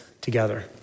together